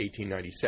1897